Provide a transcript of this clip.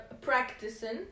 practicing